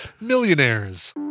Millionaires